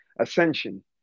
ascension